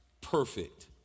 perfect